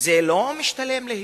זה לא משתלם להיות